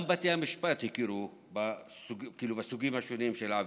גם בתי המשפט הכירו בסוגים השונים של העבירות,